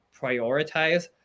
prioritize